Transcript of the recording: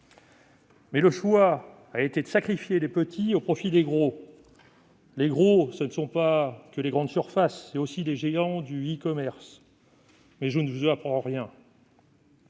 Le choix a été de sacrifier les petits au profit des gros. Or les gros, ce sont non pas seulement les grandes surfaces, mais aussi les géants du e-commerce ; je ne vous apprends rien.